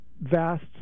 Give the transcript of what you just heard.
vast